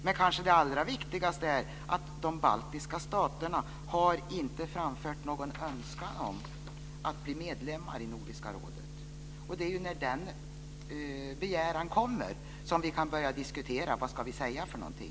Det kanske allra viktigaste är dock att de baltiska staterna inte har framfört någon önskan om att bli medlemmar i Nordiska rådet. Det är när den begäran kommer som vi kan börja diskutera vad vi ska säga.